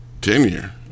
tenure